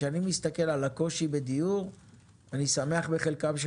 כשאני מסתכל על הקושי בדיור אני שמח בחלקם של